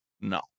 No